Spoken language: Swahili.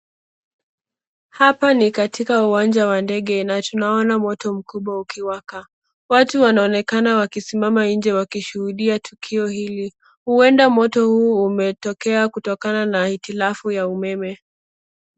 Hapa katika uwanja wa ndege. Tunaona moto mkubwa ukiwaka. Watu wanaonekana wakisimama nje wakishuhudia tukio hili. Huenda moto huu umetokea kutokana na hitilafu ya umeme.